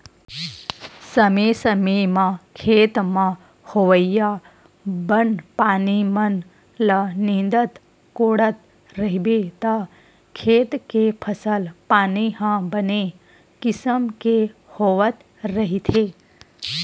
समे समे म खेत म होवइया बन पानी मन ल नींदत कोड़त रहिबे त खेत के फसल पानी ह बने किसम के होवत रहिथे